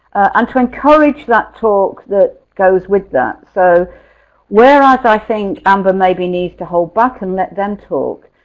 um to encourage that talk that goes with that. so whereas i think amber maybe needs to hold back and let them talk.